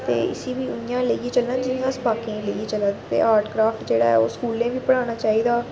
ते इसी बी इ'यां गै लेइयै चलना जियां अस बाकी आह्लें गी लेइयै चला दे आं ते आर्ट क्राफ्ट जेह्ड़ा ऐ ओह् स्कूलें बी पढ़ाना चाहिदा